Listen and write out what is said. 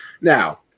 Now